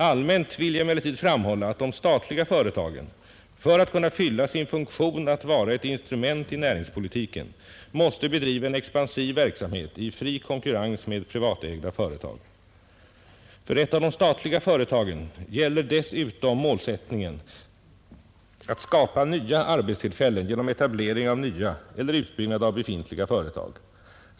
Allmänt vill jag emellertid framhålla, att de statliga företagen för att kunna fylla sin funktion att vara ett instrument i näringspolitiken måste bedriva en expansiv verksamhet i fri konkurrens med privatägda företag. För ett av de statliga företagen gäller dessutom målsättningen att skapa nya arbetstillfällen genom etablering av nya eller utbyggnad av befintliga företag.